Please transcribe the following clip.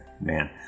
man